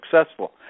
successful